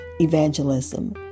evangelism